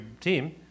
team